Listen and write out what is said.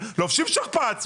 לובשים שכפ"ץ,